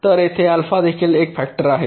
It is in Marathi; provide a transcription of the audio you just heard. तर येथे अल्फा देखील एक फॅक्टर आहे